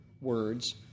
words